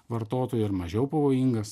vartotojui ar mažiau pavojingas